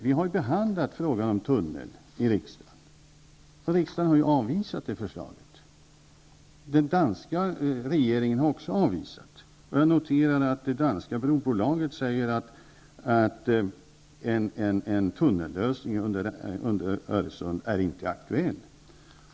Vi har i riksdagen behandlat frågan om en tunnel. Riksdagen har avvisat det förslaget. Den danska regeringen har också avvisat förslaget. Jag noterar att den danska brobolaget säger att en lösning med en tunnel under Öresund inte är aktuell.